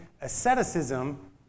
asceticism